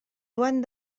joan